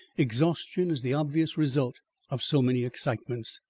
exhaustion is the obvious result of so many excitements,